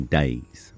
days